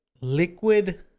liquid